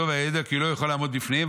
איתו וייוודע כי לא יוכל לעמוד בפניהם,